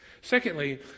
Secondly